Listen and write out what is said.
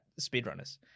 Speedrunners